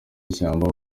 ishyamba